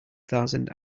thousand